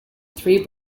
three